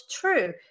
true